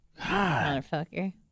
motherfucker